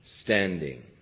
standing